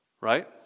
right